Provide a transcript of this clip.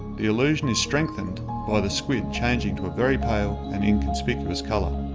the illusion is strengthened by the squid changing to a very pale and inconspicuous color.